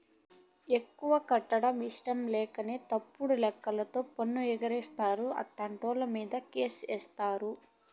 ఎక్కువ కట్టడం ఇట్టంలేకనే తప్పుడు లెక్కలతో పన్ను ఎగేస్తారు, అట్టాంటోళ్ళమీదే కేసేత్తారు